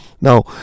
now